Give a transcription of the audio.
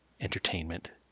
entertainment